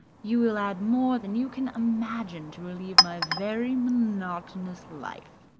you will add more than you can imagine to relieve my very monotonous life.